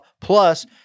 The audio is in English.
Plus